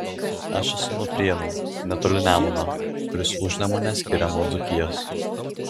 aš esu nuo prienų netoli nemuno kuris užnemunę skiria nuo dzūkijos